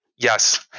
yes